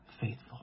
faithful